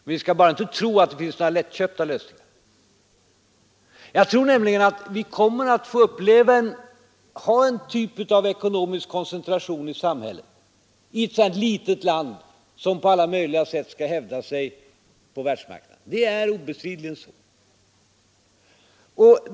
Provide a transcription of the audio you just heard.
Och vi skall bara inte tro att det finns några lättköpta lösningar på det problemet. Jag tror att vi kommer att få en typ av ekonomisk koncentration i vårt samhälle, eftersom vi är ett litet land som skall hävda sig på alla möjliga sätt på världsmarknaden. Det är obestridligt.